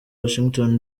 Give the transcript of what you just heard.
washington